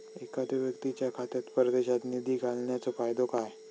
एखादो व्यक्तीच्या खात्यात परदेशात निधी घालन्याचो फायदो काय?